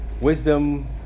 wisdom